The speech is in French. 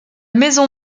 maison